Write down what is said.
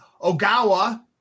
Ogawa –